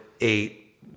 eight